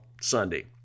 Sunday